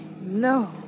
no